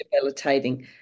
debilitating